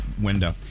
window